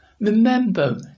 remember